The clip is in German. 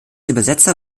übersetzer